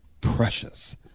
precious